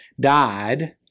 died